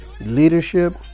leadership